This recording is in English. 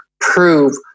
prove